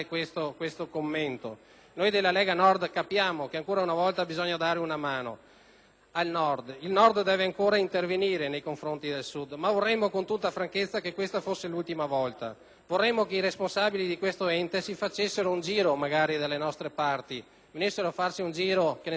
Noi della Lega Nord capiamo che, ancora una volta, bisogna dare una mano e che il Nord deve ancora intervenire nei confronti del Sud. Noi vorremmo, però, con tutta franchezza, che questa fosse l'ultima volta. Vorremmo che i responsabili di quell'Ente facessero un giro dalle nostri parti, in Lombardia, in Veneto